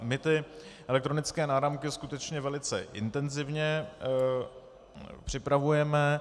My ty elektronické náramky skutečně velice intenzivně připravujeme.